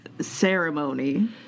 ceremony